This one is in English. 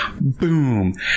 Boom